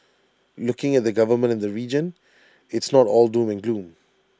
looking at the government in the region it's not all doom and gloom